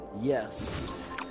Yes